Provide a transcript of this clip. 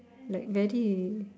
like very